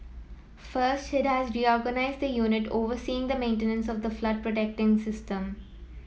first it has reorganised the unit overseeing the maintenance of the flood system